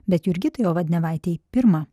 bet jurgitai ovadnevaitėi pirma